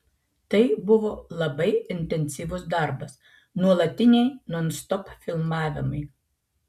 tai buvo labai intensyvus darbas nuolatiniai nonstop filmavimai